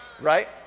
Right